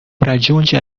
raggiunge